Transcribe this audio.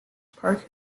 park